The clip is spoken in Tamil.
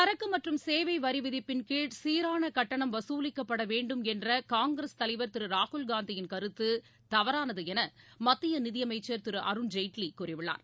சரக்கு மற்றும் சேவை வரி விதிப்பின்கீழ் சீரான கட்டணம் வகுலிக்கப்படவேண்டும் என்ற காங்கிரஸ் தலைவர் திரு ராகுல்காந்தியின் கருத்து தவறானது என மத்திய நிதியமைச்சர் திரு அருண்ஜேட்லி கூறியிள்ளார்